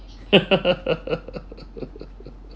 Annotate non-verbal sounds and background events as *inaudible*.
*laughs*